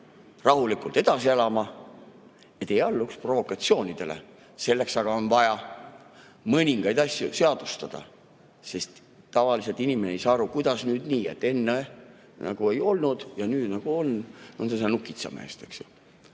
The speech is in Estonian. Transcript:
rahulikult edasi elama, ei allu provokatsioonidele. Selleks aga on vaja mõningaid asju seadustada, sest tavaliselt inimene ei saa aru, et kuidas nüüd nii, et enne nagu ei olnud ja nüüd nagu on. Nagu "Nukitsamehes",